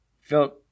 felt